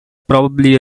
probably